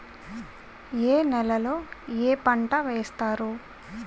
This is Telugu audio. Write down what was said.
ఏ నేలలో ఏ పంట వేస్తారు?